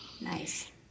Nice